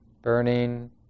burning